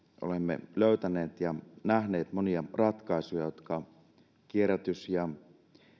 olemme löytäneet ja nähneet monia ratkaisuja joita kierrätys ja